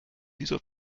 dieser